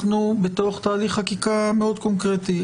אנחנו בתוך תהליך חקיקה מאוד קונקרטי.